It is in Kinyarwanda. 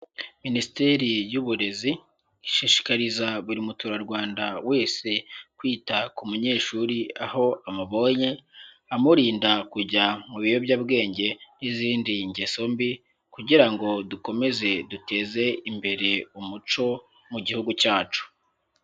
Minisiteri y'Uburezi ishishikariza buri muturarwanda wese, kwita ku munyeshuri aho amubonye, amurinda kujya mu biyobyabwenge n'izindi ngeso mbi, kugira ngo dukomeze duteze imbere umuco mu gihugu cyacu.